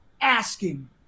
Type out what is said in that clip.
asking